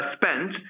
spent